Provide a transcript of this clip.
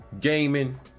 gaming